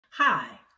Hi